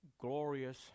glorious